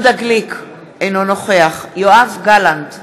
יהודה גליק, אינו נוכח יואב גלנט,